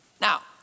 Now